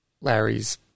Larry's